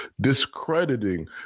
discrediting